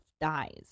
dies